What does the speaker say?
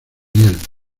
hiel